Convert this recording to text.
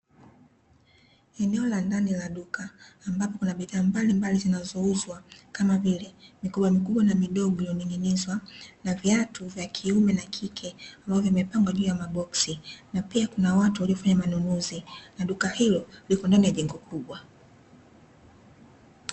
Eneo la ndani la duka, ambapo kuna bidhaa mbalimbali zinazouzwa kama vile mikoba mikubwa na midogo iliyoning'inizwa, na viatu vya kiume na kike ambavyo vimepangwa juu ya maboksi, na pia kuna watu waliofanya manunuzi, na duka hilo lipo ndani ya jengo kubwa.